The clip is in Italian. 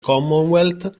commonwealth